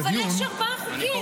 אבל יש ארבעה חוקים.